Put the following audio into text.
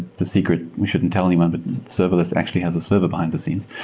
the secret, we shouldn't tell anyone, but serverless actually has a server behind-the-scenes.